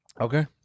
Okay